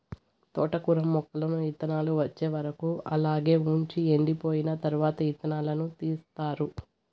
తోటకూర మొక్కలను ఇత్తానాలు వచ్చే వరకు అలాగే వుంచి ఎండిపోయిన తరవాత ఇత్తనాలను తీస్తారు